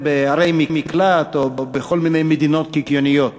בערי מקלט או בכל מיני מדינות קיקיוניות.